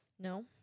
No